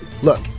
Look